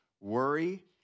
worry